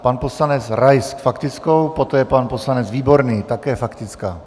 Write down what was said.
Pan poslanec Rais faktickou, poté pan poslanec Výborný, také faktická.